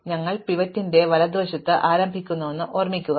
അതിനാൽ ഞങ്ങൾ പിവറ്റിന്റെ വലതുവശത്തേക്ക് ആരംഭിക്കുന്നുവെന്ന് ഓർമ്മിക്കുക